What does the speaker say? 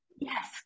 yes